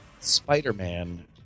Spider-Man